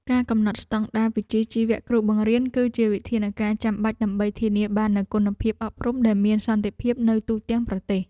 ការកំណត់ស្តង់ដារវិជ្ជាជីវៈគ្រូបង្រៀនគឺជាវិធានការចាំបាច់ដើម្បីធានាបាននូវគុណភាពអប់រំដែលមានសន្តិភាពនៅទូទាំងប្រទេស។